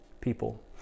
people